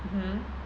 mmhmm